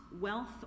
wealth